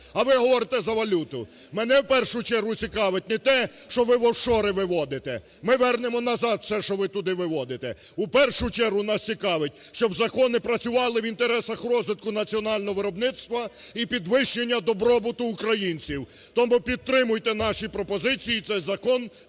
а ви говорите за валюту. Мене в першу чергу цікавить не те, що ви в офшори виводите, ми вернемо назад все, що ви туди виводите. У першу чергу нас цікавить, щоб закони працювали в інтересах розвитку національного виробництва і підвищення добробуту українці. Тому підтримуйте наші пропозиції і цей закон працюватиме